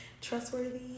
trustworthy